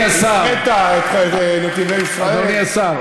אתה נותן הוראות לחברות.